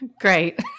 Great